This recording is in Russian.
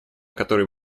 который